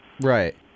Right